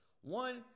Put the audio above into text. One